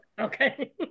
okay